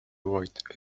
white